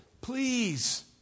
Please